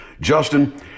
Justin